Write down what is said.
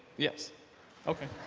yes okay.